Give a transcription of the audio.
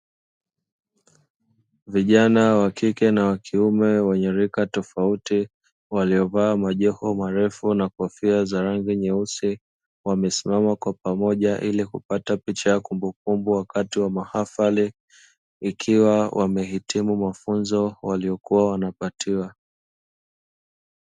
Vijana wa kike na wa kiume wenye rika tofauti waliovaa majoho marefu na kofia za rangi nyeusi, wamesimama kwa pamoja ili kupata picha ya kumbukumbu wakati wa mahafali, ikiwa wamehitimu mafunzo waliokuwa wanapatiwa.